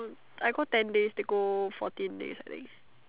I go ten days they go fourteen days I think